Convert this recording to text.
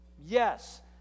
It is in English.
Yes